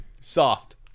Soft